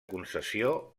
concessió